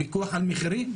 פיקוח על מחירים?